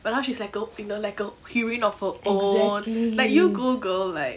but now she's like a in a like a heroine of her own like you go girl like